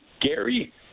Gary